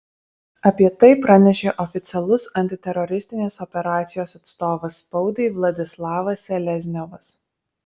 apie tai pranešė oficialus antiteroristinės operacijos atstovas spaudai vladislavas selezniovas